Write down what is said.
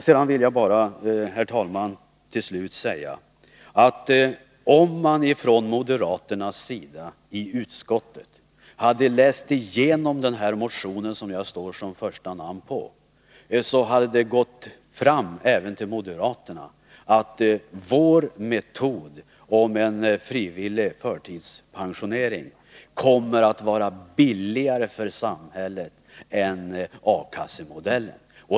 Till slut, herr talman, vill jag säga att om moderaterna i utskottet hade läst igenom den motion där mitt namn står först, hade det gått fram även till moderaterna att vår metod, att införa en frivillig förtidspensionering, kommer att bli billigare för samhället än A-kassemodellen.